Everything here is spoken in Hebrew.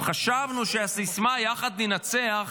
אם חשבנו שהסיסמה "יחד ננצח"